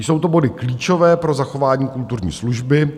Jsou to body klíčové pro zachování kulturní služby.